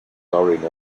already